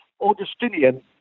Augustinian